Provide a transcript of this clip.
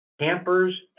Campers